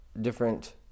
different